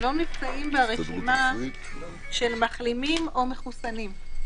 לא נמצאים ברשימה של מחלימים או מחוסנים.